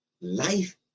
life